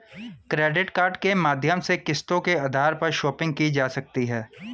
credit card के माध्यम से किस्तों के आधार पर शापिंग की जा सकती है